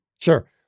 Sure